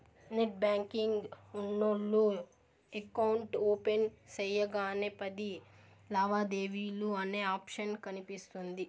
net banking ఉన్నోల్లు account open సెయ్యగానే పది లావాదేవీలు అనే ఆప్షన్ కనిపిస్తుంది